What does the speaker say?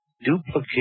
duplicate